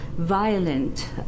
violent